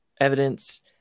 evidence